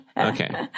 Okay